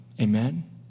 Amen